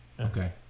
Okay